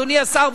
אדוני השר,